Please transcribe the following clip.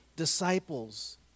Disciples